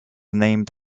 named